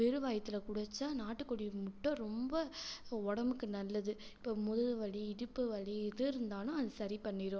வெறும் வயித்தில் குடிச்சால் நாட்டுக்கோழி முட்டை ரொம்ப உடம்புக்கு நல்லது இப்போ முதுகு வலி இடுப்பு வலி எது இருந்தாலும் அது சரி பண்ணிடும்